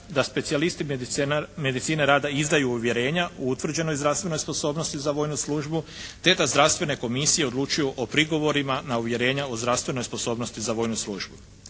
da specijalisti medicine rada izdaju uvjerenja o utvrđenoj zdravstvenoj sposobnosti za vojnu službu, te da zdravstvene komisije odlučuju o prigovorima na uvjerenja o zdravstvenoj sposobnosti za vojnu službu.